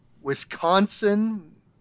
Wisconsin